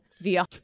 via